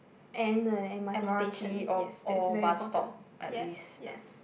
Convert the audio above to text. and the M_R_T station yes that's very important yes yes